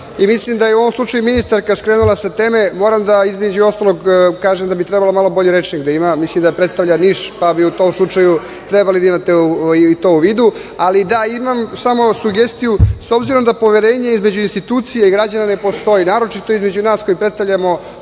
mislim da je u ovom slučaju ministarka skrenula sa teme. Moram između ostalog da kažem da bi trebala malo bolji rečnik da ima, mislim da predstavlja Niš, pa bi u tom slučaju trebali da imate i to u vidu. Ali, da imam samo sugestiju, s obzirom da poverenje između institucija i građana ne postoji, naročito između nas koji predstavljamo